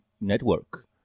Network